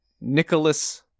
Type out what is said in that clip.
Nicholas